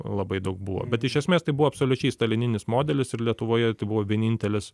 labai daug buvo bet iš esmės tai buvo absoliučiai stalininis modelis ir lietuvoje tai buvo vienintelis